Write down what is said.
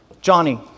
Johnny